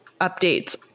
updates